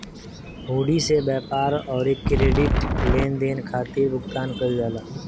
हुंडी से व्यापार अउरी क्रेडिट लेनदेन खातिर भुगतान कईल जाला